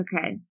Okay